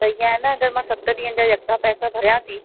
सही आहे न अगरि मां सत ॾींहंनि जा यका पैसा भरिया थी